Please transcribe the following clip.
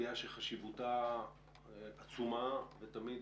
הדיון היום יעסוק בסוגיה שחשיבותה עצומה אבל תמיד